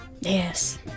Yes